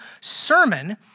sermon